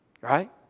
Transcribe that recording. Right